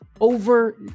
over